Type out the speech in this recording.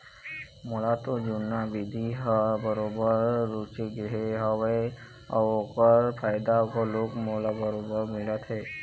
मोला तो जुन्ना बिधि ह बरोबर रुचगे हवय अउ ओखर फायदा घलोक मोला बरोबर मिलत हे